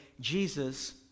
Jesus